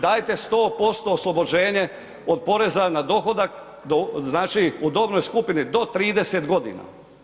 Dajte 100% oslobođenje od poreza na dohodak do znači, u dobnoj skupini do 30 godina.